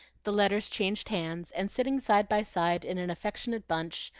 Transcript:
the letters changed hands and sitting side by side in an affectionate bunch,